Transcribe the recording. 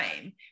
time